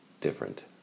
different